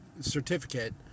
certificate